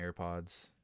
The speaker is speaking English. AirPods